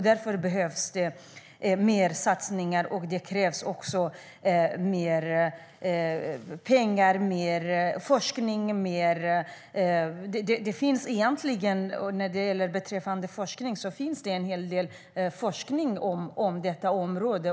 Därför behövs mer satsningar, mer pengar och mer forskning. Det finns en hel del forskning på detta område.